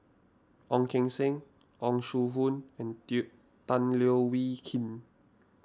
Ong Keng Sen Yong Shu Hoong and Tan Leo Wee Hin